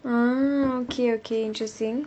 mm okay okay interesting